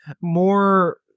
more